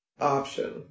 option